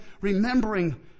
remembering